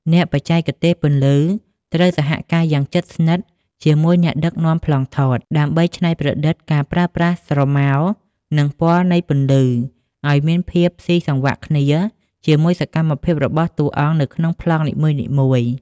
អ្នកបច្ចេកទេសពន្លឺត្រូវសហការយ៉ាងជិតស្និទ្ធជាមួយអ្នកដឹកនាំប្លង់ថត ដើម្បីច្នៃប្រឌិតការប្រើប្រាស់ស្រមោល និងពណ៌នៃពន្លឺឱ្យមានភាពស៊ីសង្វាក់គ្នាជាមួយសកម្មភាពរបស់តួអង្គនៅក្នុងប្លង់នីមួយៗ។